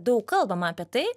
daug kalbama apie tai